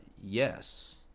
yes